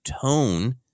tone